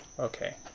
okay,